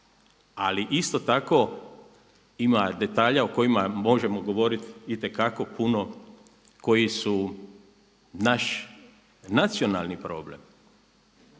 ali isto tako ima detalja o kojima možemo govoriti itekako puno koji su naš nacionalni problem,